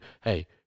hey